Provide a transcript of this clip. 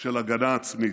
של הגנה עצמית.